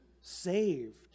saved